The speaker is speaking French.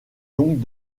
donc